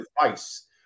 advice